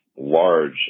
large